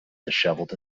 dishevelled